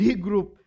D-group